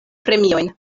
premiojn